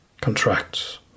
contracts